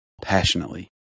passionately